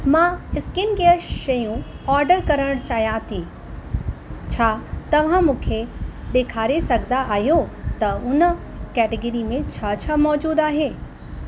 मां स्किनकेयर शयूं ऑडर करण चाहियां थी छा तव्हां मूंखे ॾेखारे सघंदा आहियो त उन कैटेगरी में छा छा मौजूदु आहे